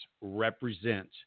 represent